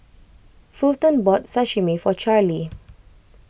Fulton bought Sashimi for Charlie